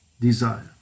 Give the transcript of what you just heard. desire